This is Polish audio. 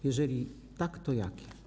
Jeżeli tak, to jakie?